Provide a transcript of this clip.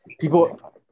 People